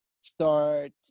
start